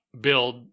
build